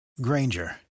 Granger